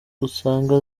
usanga